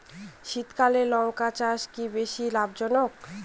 শীতকালে লঙ্কা চাষ কি বেশী লাভজনক?